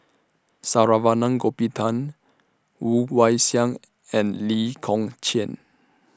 Saravanan Gopinathan Woon Wah Siang and Lee Kong Chian